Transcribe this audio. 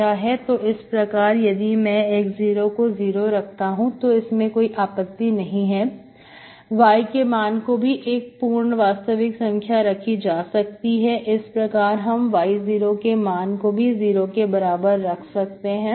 तो इस प्रकार यदि मैं x0 को 0 रखता हूं तो इसमें कोई आपत्ति नहीं है y के मान को भी एक पूर्ण वास्तविक संख्या रखी जा सकती है इस प्रकार हम y0 के मान को भी जीरो के बराबर रख सकते हैं